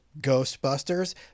Ghostbusters